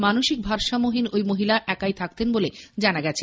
মানসিক ভারসাম্যহীন ঐ মহিলা একাই থাকতেন বলে জানা গেছে